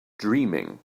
dreaming